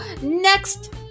next